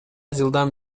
жылдан